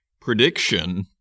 prediction